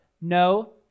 No